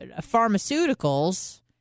pharmaceuticals